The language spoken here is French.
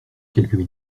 quelques